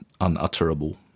Unutterable